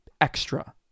extra